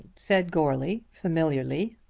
said goarly familiarly.